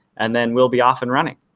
and then we'll be off and running.